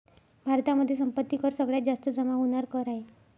भारतामध्ये संपत्ती कर सगळ्यात जास्त जमा होणार कर आहे